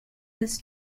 was